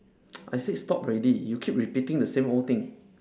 I say stop already you keep repeating the same old thing